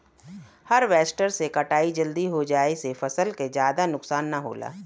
harvester से कटाई जल्दी हो जाये से फसल के जादा नुकसान न होला